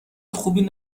خوبی